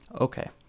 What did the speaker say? okay